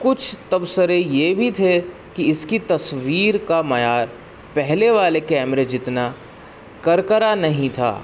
کچھ تبصرے یہ بھی تھے کہ اس کی تصویر کا معیار پہلے والے کیمرے جتنا کرکرا نہیں تھا